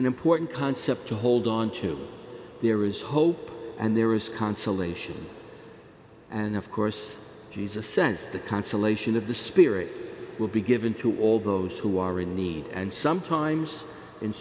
an important concept to hold on to there is hope and there is consolation and of course he's a sense the consolation of the spirit will be given to all those who are in need and sometimes